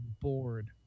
bored